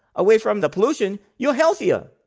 away from the pollution, you're healthier.